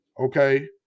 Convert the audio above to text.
Okay